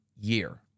year